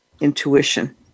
intuition